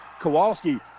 Kowalski